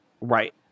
Right